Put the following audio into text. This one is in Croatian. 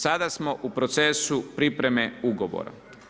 Sada smo u procesu pripreme ugovora.